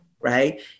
right